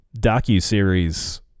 docuseries